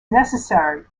necessary